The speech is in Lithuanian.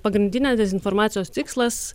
pagrindinė dezinformacijos tikslas